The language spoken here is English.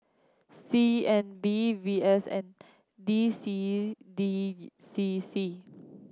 C N B V S N D C D C C